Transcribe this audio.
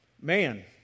Man